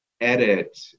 Edit